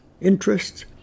interests